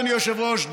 אדוני היושב-ראש,